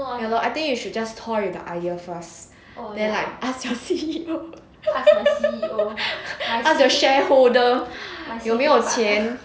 ya lor I think you should just toy with the idea first then like ask your C_E_O ask the shareholder 有没有钱